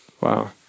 Wow